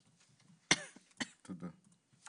תודה.